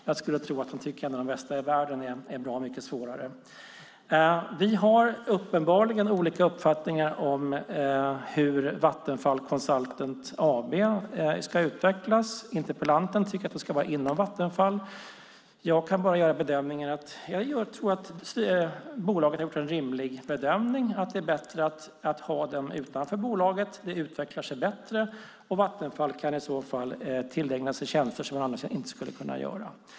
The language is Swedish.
Jag skulle tro att han tycker att det är bra mycket svårare att vara en av de bästa i världen. Vi har uppenbarligen olika uppfattningar om hur Vattenfall Power Consultant AB ska utvecklas. Interpellanten tycker att det ska vara inom Vattenfall. Jag kan bara säga att jag tror att bolagen har gjort en rimlig bedömning; det är bättre att ha detta utanför Vattenfall. Det utvecklar sig bättre, och Vattenfall kan i så fall tillägna sig tjänster som det annars inte skulle kunna göra.